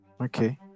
Okay